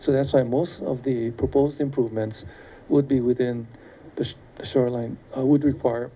so that's why most of the proposed improvements would be within the shoreline i would require